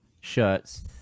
shirts